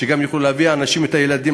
שהנשים יוכלו להביא אליהם את הילדים,